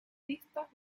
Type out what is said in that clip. vistas